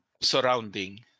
Surrounding